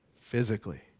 physically